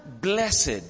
blessed